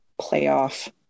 playoff